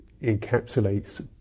encapsulates